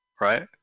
right